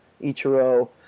Ichiro